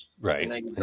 right